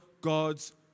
God's